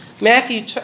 Matthew